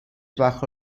bajo